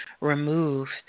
removed